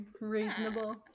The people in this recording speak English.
reasonable